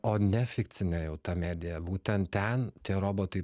o ne fikcinė jau ta medija būtent ten tie robotai